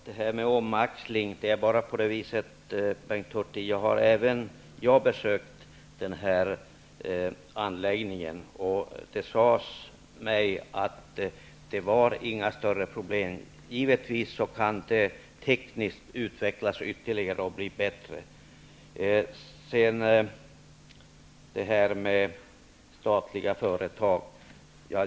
Herr talman! Även jag har besökt anläggningen för omaxling. Det sades mig att det inte var några större problem. Givetvis kan det tekniskt utvecklas ytterligare och bli bättre. Sedan till utförsäljningen av statliga företag.